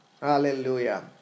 Hallelujah